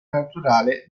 naturale